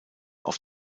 auf